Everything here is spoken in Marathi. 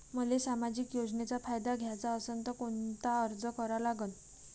मले सामाजिक योजनेचा फायदा घ्याचा असन त कोनता अर्ज करा लागन?